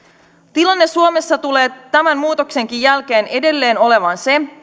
tilanne suomessa tulee tämän muutoksenkin jälkeen edelleen olemaan se